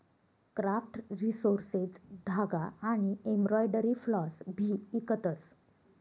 craft resources धागा आनी embroidery floss भी इकतस